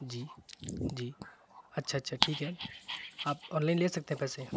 جی جی اچھا اچھا ٹھیک ہے آپ آنلائن لے سکتے ہیں پیسے